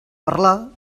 parlar